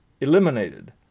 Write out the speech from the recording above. eliminated